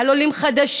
על עולים חדשים.